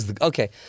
Okay